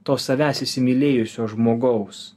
to savęs įsimylėjusio žmogaus